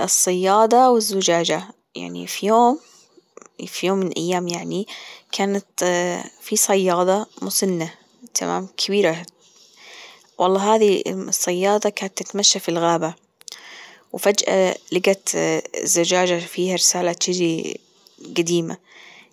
الصيادة والزجاجة يعني في يوم في يوم من الأيام يعني كانت في صيادة مسنة تمام؟ كبيرة اهي والله هذي الصيادة كانت تتمشى في الغابة وفجأة لجت زجاجة فيها رسالة تشذي جديمة